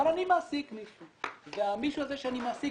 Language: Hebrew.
אבל אתה מעסיק מישהו והמישהו הזה שאתה מעסיק,